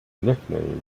nicknamed